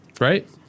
Right